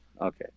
Okay